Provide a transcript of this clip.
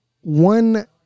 One